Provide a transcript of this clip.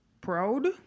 proud